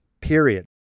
period